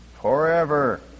forever